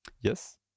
Yes